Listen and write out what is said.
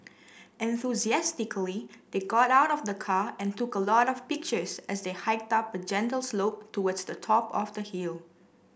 enthusiastically they got out of the car and took a lot of pictures as they hiked up a gentle slope towards the top of the hill